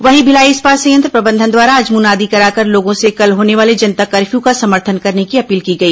वहीं भिलाई इस्पात संयंत्र प्रबंधन द्वारा आज मुनादी कराकर लोगों से कल होने वाले जनता कर्फ्यू का समर्थन करने की अपील की गई